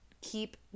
keep